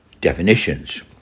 definitions